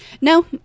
No